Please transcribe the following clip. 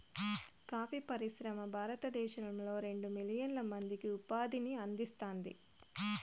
coffee పరిశ్రమ భారతదేశంలో రెండు మిలియన్ల మందికి ఉపాధిని అందిస్తాంది